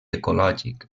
ecològic